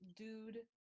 dude